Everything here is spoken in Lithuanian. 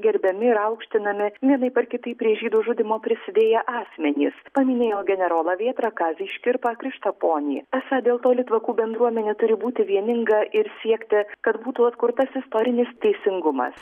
gerbiami ir aukštinami vienaip ar kitaip prie žydų žudymo prisidėję asmenys paminėjo generolą vėtrą kazį škirpą krištaponį esą dėl to litvakų bendruomenė turi būti vieninga ir siekti kad būtų atkurtas istorinis teisingumas